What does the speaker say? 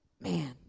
Man